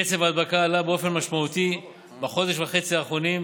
קצב ההדבקה עלה באופן משמעותי בחודש וחצי האחרונים,